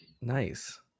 nice